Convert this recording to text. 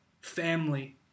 family